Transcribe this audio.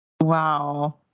Wow